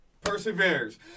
Perseverance